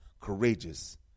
courageous